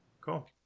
Cool